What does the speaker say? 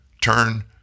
turn